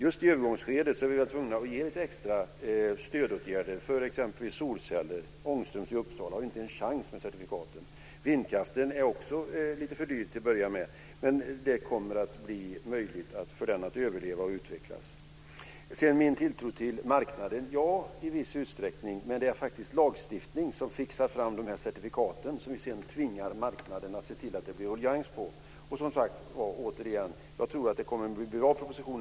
Just i övergångsskedet har vi varit tvungna att ge extra stödåtgårder för exempelvis solceller. Ångströms i Uppsala har inte en chans med certifikaten. Vindkraften är också lite för dyr till en början, men det kommer att bli möjligt för den att överleva och utvecklas. Jag har i viss utsträckning tilltro till marknaden, men det är faktiskt lagstiftning som fixar fram de certifikat som vi sedan tvingar marknaden att se till att det blir ruljangs på. Jag tror som sagt att det kommer att bli en bra proposition.